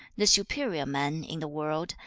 the superior man, in the world,